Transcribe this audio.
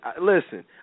listen